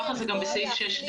כך זה גם בסעיף 6(ד).